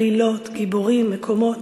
עלילות, גיבורים, מקומות,